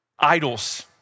idols